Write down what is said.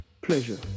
Pleasure